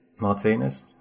Martinez